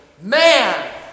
Man